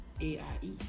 A-I-E